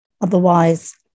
otherwise